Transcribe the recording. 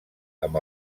amb